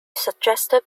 suggested